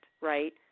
right